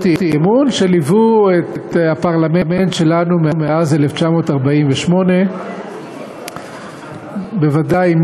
אי-אמון שליוו את הפרלמנט שלנו מאז 1948. בוודאי,